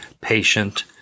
patient